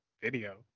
video